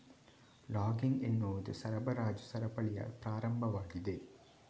logging ಎನ್ನುವುದು ಸರಬರಾಜು ಸರಪಳಿಯ ಪ್ರಾರಂಭವಾಗಿದೆ